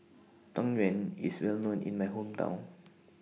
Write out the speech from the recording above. Tang Yuen IS Well known in My Hometown